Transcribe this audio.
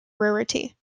rarity